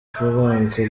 florence